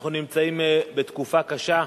אנחנו נמצאים בתקופה קשה.